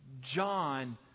John